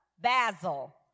Basil